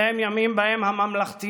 אלה הם ימים שבהם הממלכתיות